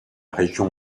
région